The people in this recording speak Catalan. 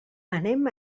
anem